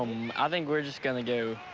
i think we're just gonna go.